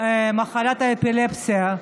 מחלת האפילפסיה.